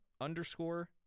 underscore